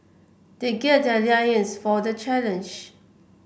they gird their loins for the challenge